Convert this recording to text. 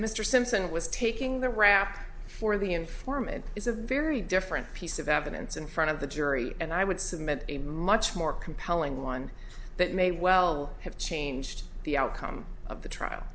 mr simpson was taking the rap for the informant is a very different piece of evidence in front of the jury and i would submit a much more compelling one that may well have changed the outcome of the trial